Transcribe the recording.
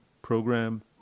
program